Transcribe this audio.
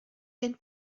gen